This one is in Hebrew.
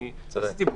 אם ביצעתי בדיקה,